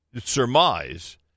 surmise